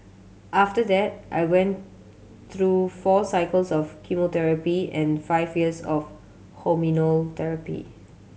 after that I went through four cycles of chemotherapy and five years of hormonal therapy